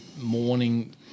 morning